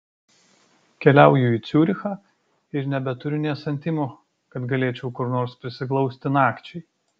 keliauju į ciurichą ir nebeturiu nė santimo kad galėčiau kur nors prisiglausti nakčiai